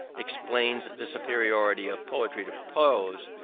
explains the superiority of poetry to prose,